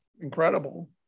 incredible